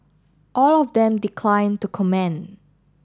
all of them declined to comment